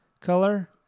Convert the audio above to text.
color